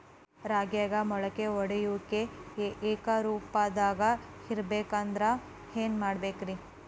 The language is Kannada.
ರಾಗ್ಯಾಗ ಮೊಳಕೆ ಒಡೆಯುವಿಕೆ ಏಕರೂಪದಾಗ ಇರಬೇಕ ಅಂದ್ರ ಏನು ಮಾಡಬೇಕ್ರಿ?